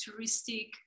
touristic